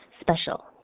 special